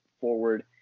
forward